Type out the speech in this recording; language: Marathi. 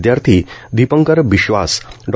विदयार्थी दीपंकर बिस्वास डॉ